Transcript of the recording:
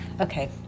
Okay